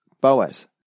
Boaz